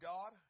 God